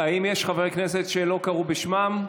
האם ישנם חברי כנסת שלא קראו בשמם?